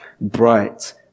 bright